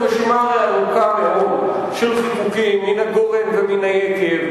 זו רשימה ארוכה מאוד של חיקוקים מן הגורן ומן היקב,